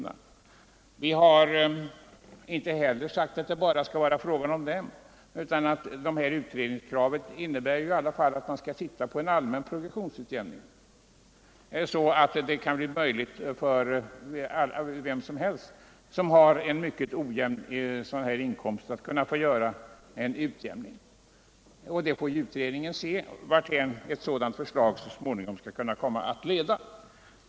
Men vi har inte sagt att det bara skall vara fråga om dem. Utredningskravet innebär önskemål om en allmän progressionsutjämning, så att det kan bli möjligt för vem som helst som har en mycket ojämn inkomst att få göra en utjämning. Utredningen får visa varthän ett sådant förslag så småningom kan komma att leda.